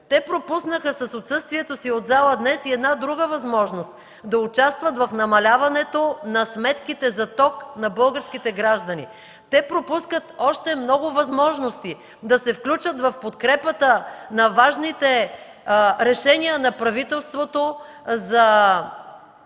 Те пропуснаха с отсъствието си от залата днес и друга възможност – да участват в намаляването на сметките за ток на българските граждани. Те пропускат още много възможности – да се включат в подкрепата на важните решения на правителството за